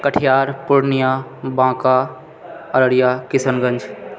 Katihar Purnia Banka Araria Kishanganj